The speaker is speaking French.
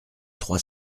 trois